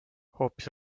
hoopis